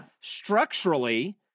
structurally